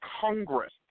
Congress